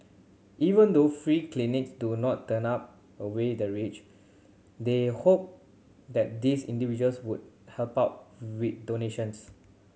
even though free clinics do not turn up away the rich they hope that these individuals would help out with donations